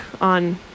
on